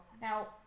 Now